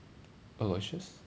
aloysius